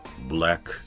black